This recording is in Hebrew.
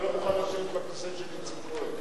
ולא תוכל לשבת בכיסא של איציק כהן.